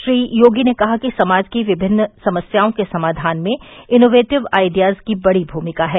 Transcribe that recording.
श्री योगी ने कहा कि समाज की विभिन्न समस्याओं के समाधान में इनोवेटिव आइडियाज़ की बड़ी भूमिका है